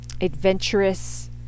adventurous